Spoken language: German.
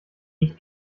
nicht